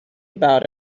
about